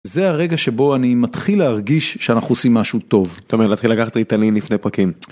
זה הרגע שבו אני מתחיל להרגיש שאנחנו עושים משהו טוב. אתה אומר להתחיל לקחת ריטלין לפני פרקים.